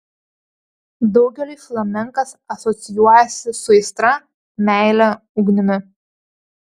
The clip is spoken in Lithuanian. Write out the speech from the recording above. daugeliui flamenkas asocijuojasi su aistra meile ugnimi